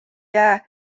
jää